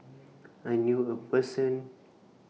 I knew A Person